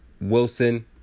Wilson